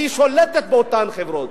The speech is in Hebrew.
היא שולטת באותן חברות,